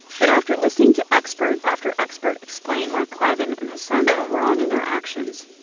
but after listening to expert after expert explain why cliven and his sons were wrong in their actions,